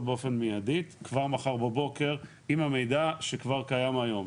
באופן מיידי כבר מחר בבוקר עם המידע שכבר קיים היום.